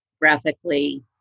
graphically